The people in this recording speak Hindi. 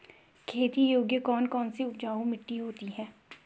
खेती योग्य कौन कौन सी उपजाऊ मिट्टी होती है?